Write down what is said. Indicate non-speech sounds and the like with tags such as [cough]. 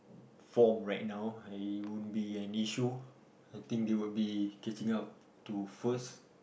from right now it won't be any issue [breath] I think they will be catching up to first